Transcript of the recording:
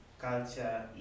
culture